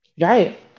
Right